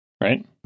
right